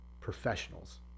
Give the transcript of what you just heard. professionals